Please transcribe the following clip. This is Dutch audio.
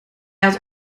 had